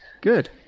Good